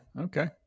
Okay